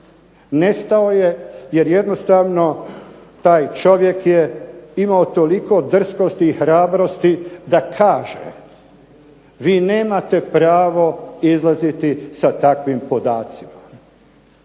nestao je jer jednostavno taj čovjek je imao toliko drskosti i hrabrosti da kaže vi nemate pravo izlaziti sa takvim podacima.